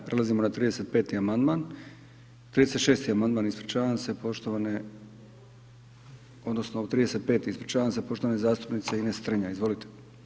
Prelazimo na 35. amandman, 36. amandman, ispričavam se, poštovane, odnosno 35., ispričavam se, poštovane zastupnice Ines Strenja, izvolite.